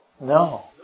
No